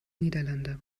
niederlande